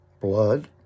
blood